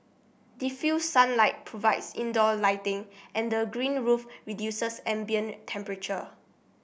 diffused sunlight provides indoor lighting and the green roof reduces ambient temperature